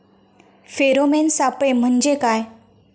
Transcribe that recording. Pheromone सापळे म्हंजे काय?